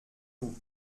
vous